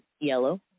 yellow